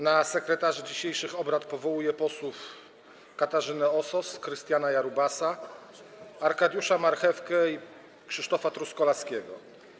Na sekretarzy dzisiejszych obrad powołuję posłów Katarzynę Osos, Krystiana Jarubasa, Arkadiusza Marchewkę i Krzysztofa Truskolaskiego.